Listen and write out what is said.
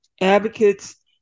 advocates